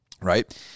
right